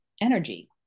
energy